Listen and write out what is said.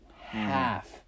half